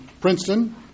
Princeton